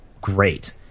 great